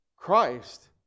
Christ